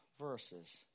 Verses